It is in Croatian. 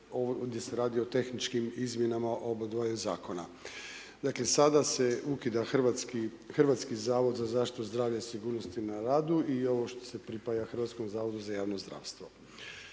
ovdje se radi o tehničkim izmjenama obadva zakona. Dakle, sada se ukida Hrvatski zavod za zaštitu zdravlja i sigurnost na radu i ovo što se pripaja Hrvatskom zavodu za javno zdravstvo.